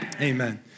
Amen